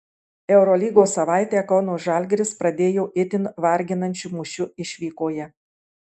eurolygos savaitę kauno žalgiris pradėjo itin varginančiu mūšiu išvykoje